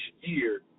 year